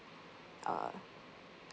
uh